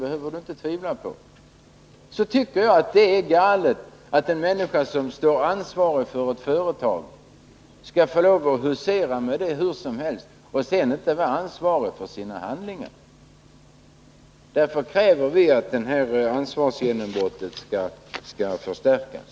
Men jag tycker det är galet att en människa som är ansvarig för ett företag skall få husera hur som helst med det och sedan inte behöva ansvara för sina gärningar. Därför kräver vi att ansvarsgenombrottet skall förstärkas.